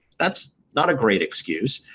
that's not a great excuse.